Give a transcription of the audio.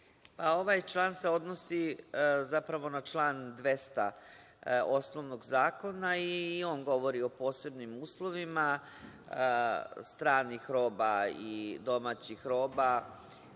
Ovaj član se odnosi zapravo na član 200. osnovnog zakona i on govori o posebnim uslovima stranih roba i domaćih roba